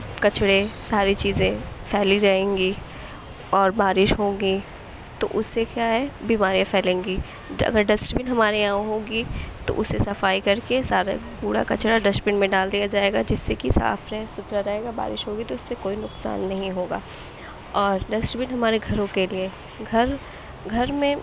کچرے ساری چیزیں پھیلی جائیں گی اور بارش ہوگی تو اُس سے کیا ہے بیماریاں پھیلیں گی اگر ڈسٹ بن ہمارے یہاں ہوگی تو اُسے صفائی کر کے سارا کوڑا کچرا ڈسٹ بن میں ڈال دیا جائے گا جس سے کہ صاف رہے سُتھرا رہے گا بارش ہوگی تو اُس سے کوئی نقصان نہیں ہوگا اور ڈسٹ بن ہمارے گھروں کے لیے گھر گھر میں